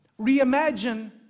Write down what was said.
reimagine